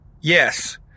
Yes